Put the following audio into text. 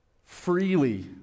freely